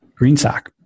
GreenSock